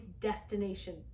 destination